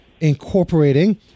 incorporating